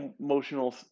emotional